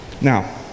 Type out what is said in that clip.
Now